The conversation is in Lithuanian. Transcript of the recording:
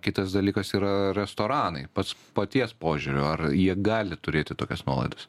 kitas dalykas yra restoranai pats paties požiūriu ar jie gali turėti tokias nuolaidas